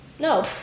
No